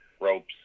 ropes